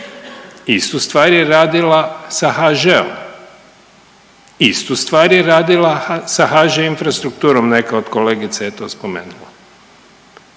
istu stvar je radila i sa HŽ-om, istu stvar je radila sa HŽ Infrastrukturom, neka od kolegica je to spomenula,